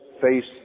face